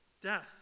death